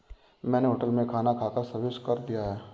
मैंने होटल में खाना खाकर सर्विस कर दिया है